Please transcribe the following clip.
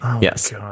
Yes